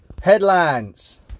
Headlines